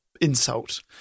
insult